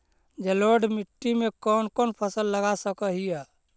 जलोढ़ मिट्टी में कौन कौन फसल लगा सक हिय?